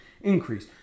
increase